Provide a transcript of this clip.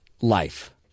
life